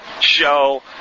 show